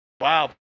Wow